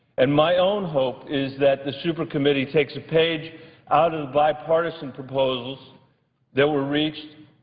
and my own hope is that the super committee takes a page out of the bipartisan proposals that were reached,